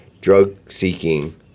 drug-seeking